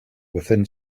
within